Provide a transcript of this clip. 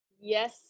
yes